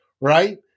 right